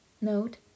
note